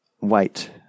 wait